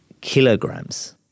kilograms